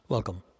Welcome